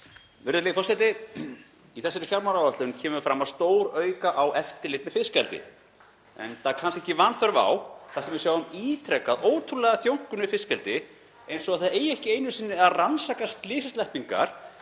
Virðulegur forseti. Í þessari fjármálaáætlun kemur fram að stórauka á eftirlit með fiskeldi enda kannski ekki vanþörf á þar sem við sjáum ítrekað ótrúlega þjónkun við fiskeldi eins og þá að það eigi ekki einu sinni að rannsaka slysasleppingar